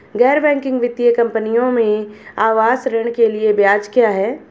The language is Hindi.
गैर बैंकिंग वित्तीय कंपनियों में आवास ऋण के लिए ब्याज क्या है?